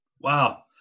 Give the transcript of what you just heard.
Wow